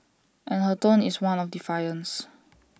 and her tone is one of defiance